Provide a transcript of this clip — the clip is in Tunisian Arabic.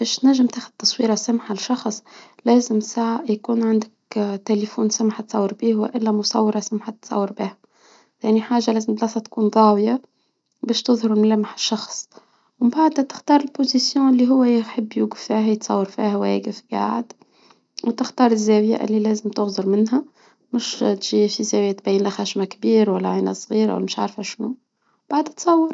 باش نجم تاخد تصوير السامحة لشخص لازم ساعة يكون عندك تليفون سماحة تصور بيه، وإلا مصورة سمحت تصور بها، ثاني حاجة، لازم بلاصة تكون ضاوية بش تظهر ملامح الشخص، و من بعد تختار البوزيسيون(الوضعية) ال هو يحب يوقفها، يتصور فيها، و يقف قاعد و تختار الزاوية اللي لازم تغزر منها، مش تجي في زاوية تبين لخشمة كبير ولا عينة صغيرة ولا مش عارفة شنو؟ بعد بتصور.